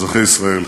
אזרחי ישראל,